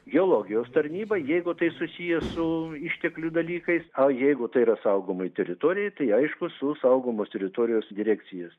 geologijos tarnyba jeigu tai susiję su išteklių dalykais o jeigu tai yra saugomoj teritorijoj tai aišku su saugomos teritorijos direkcijos